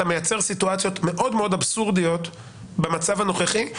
מייצר סיטואציות מאוד מאוד אבסורדיות במצב הנוכחי,